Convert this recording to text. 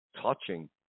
touching